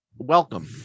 Welcome